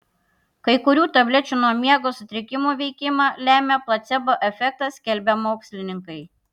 kai kurių tablečių nuo miego sutrikimų veikimą lemią placebo efektas skelbia mokslininkai